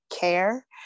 Care